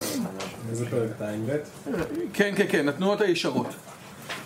איזה פרק אתה, ע"ב ? כן, כן, כן, התנועות הישרות